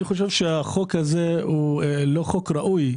אני חושב שהחוק הזה הוא לא חוק ראוי,